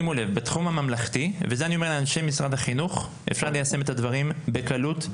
אני אומר לאנשי משרד החינוך: אפשר ליישם את הדברים בקלות.